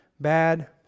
bad